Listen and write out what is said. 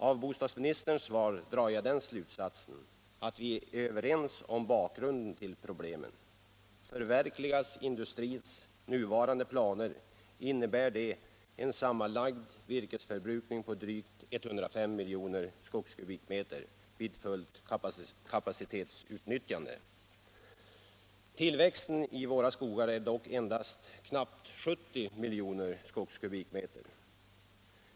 Av bostadsministerns svar drar jag den slutsatsen att vi är överens om bakgrunden till problemen. Förverkligas industrins nuvarande planer innebär detta en sammanlagd virkesförbrukning på drygt 105 miljoner skogskubikmeter vid fullt kapacitetsutnyttjande. Tillväxten i våra skogar är dock endast knappt 70 miljoner skogskubikmeter.